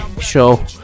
show